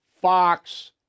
Fox